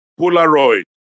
Polaroid